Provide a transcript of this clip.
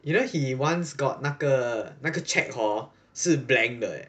you know he once got 那个那个 check hor 是 blank 的 eh